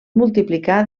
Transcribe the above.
multiplicar